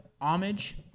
homage